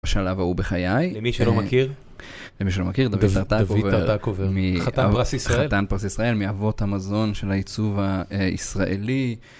בשלב ההוא בחיי. למי שלא מכיר? למי שלא מכיר, דוד ארטקובר. חתן פרס ישראל. חתן פרס ישראל, מאבות המזון של הייצוב הישראלי.